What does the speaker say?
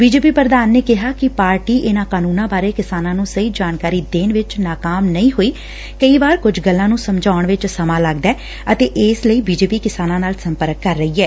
BJP ਪੁਧਾਨ ਨੇ ਕਿਹਾ ਕਿ ਪਾਰਟੀ ਇਨਾਂ ਕਾਨੁੰਨਾਂ ਬਾਰੇ ਕਿਸਾਨਾਂ ਨੁੰ ਸਹੀ ਜਾਣਕਾਰੀ ਦੇਣ ਵਿਚ ਨਾਕਾਮ ਨਹੀਂ ਹੋਈ ਕਈ ਵਾਰ ਕੁਝ ਗੱਲਾਂ ਨੰ ਸਮਝਾਉਣ ਚ ਸਮਾਂ ਲਗੱਦੈ ਅਤੇ ਇਸ ਲਈ ਬੀਜੇਪੀ ਕਿਸਾਨਾਂ ਨਾਲ ਸੰਪਰਕ ਕਰ ਰਹੀ ਐ